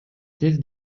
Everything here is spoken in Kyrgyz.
тез